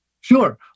Sure